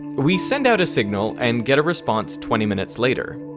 we send out a signal and get a response twenty minutes later.